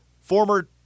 former